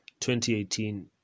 2018